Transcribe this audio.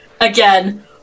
again